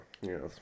Yes